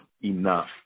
enough